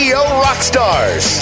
Rockstars